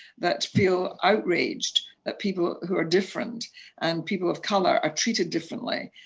that feel outraged that people who are different and people of colour are treated differently,